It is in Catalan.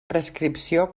prescripció